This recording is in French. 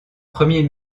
premier